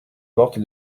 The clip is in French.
porte